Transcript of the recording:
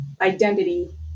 identity